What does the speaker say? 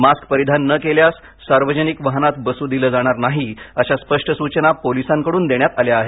mask परिधान न केल्यास सार्वजनिक वाहनात बसू दिलं जाणार नाही अशा स्पष्ट सूचना पोलिसांकडून देण्यात आल्या आहेत